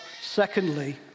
secondly